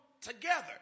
together